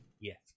Yes